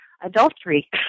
Adultery